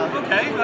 okay